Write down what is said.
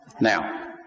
Now